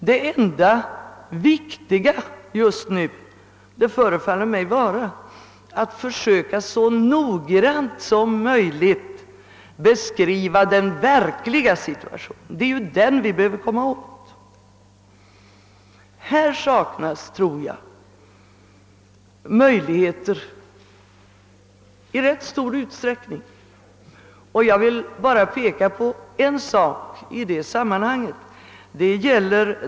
Det enda viktiga just nu förefaller mig vara att så noggrant som möjligt försöka beskriva den verkliga situationen; det är den vi behöver komma åt. Här tror jag att möjligheter i ganska stor utsträckning saknas, och jag vill bara peka på en sak i det sammanhanget.